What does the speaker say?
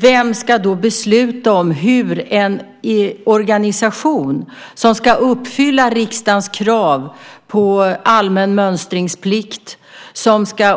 Vem ska då besluta om hur och var den organisation som ska uppfylla riksdagens krav på allmän mönstringsplikt